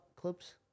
Clubs